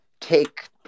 take